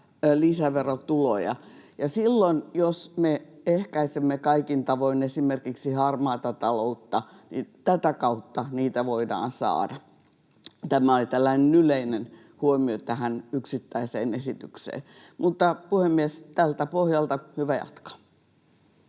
lisäverotuloja. Ja jos me ehkäisemme kaikin tavoin esimerkiksi harmaata taloutta, niin tätä kautta niitä voidaan saada. Tämä oli tällainen yleinen huomio tähän yksittäiseen esitykseen. Puhemies! Tältä pohjalta on hyvä jatkaa.